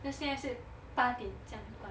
那现在是八点这样关